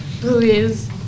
Please